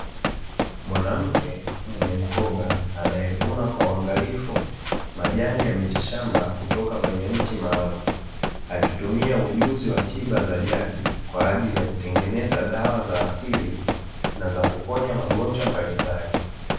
Mwanamke mwenye mkoba anayevuna kwa uangalifu majani ya miti shamba kutoka kwenye mti maalumu, akitumia ujuzi wa tiba za jadi kwa ajili ya kutengeneza dawa za asili na za kuponya magonjwa mbalimbali.